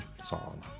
song